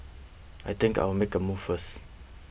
I think I'll make a move first